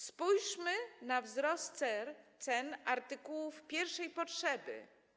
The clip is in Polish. Spójrzmy na wzrost cen artykułów pierwszej potrzeby.